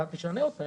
אתה תשנה אותה.